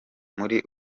muri